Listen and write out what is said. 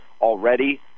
already